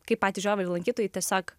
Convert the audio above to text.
kai patys žiūrovai lankytojai tiesiog